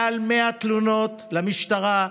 מעל 100 תלונות למשטרה,